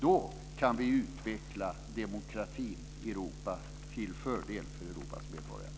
Då kan vi utveckla demokrati i Europa till fördel för Europas medborgare.